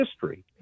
history